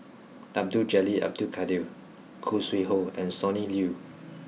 Abdul Jalil Abdul Kadir Khoo Sui Hoe and Sonny Liew